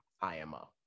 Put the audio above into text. IMO